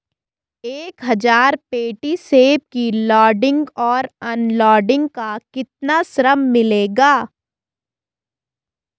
एक हज़ार पेटी सेब की लोडिंग और अनलोडिंग का कितना श्रम मिलेगा?